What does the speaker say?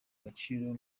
gaciro